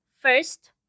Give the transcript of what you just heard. first